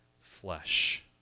flesh